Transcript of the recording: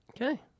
Okay